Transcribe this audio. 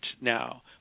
now